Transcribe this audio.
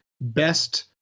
best